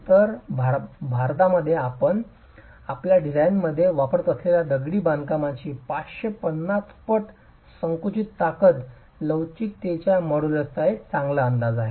तर आपण आपल्या डिझाइनमध्ये वापरत असलेल्या दगडी बांधकामाची 550 पट संकुचित ताकद लवचिकतेच्या मॉड्यूलसचा एक चांगला अंदाज आहे